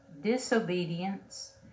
disobedience